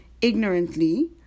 Ignorantly